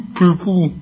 people